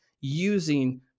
using